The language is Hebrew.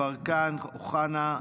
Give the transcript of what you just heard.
גדי יברקן, אמיר אוחנה,